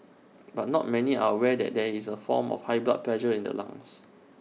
but not many are aware that there is also A form of high blood pressure in the lungs